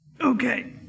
Okay